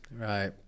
Right